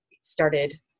started